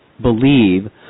believe